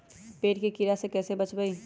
पेड़ के कीड़ा से कैसे बचबई?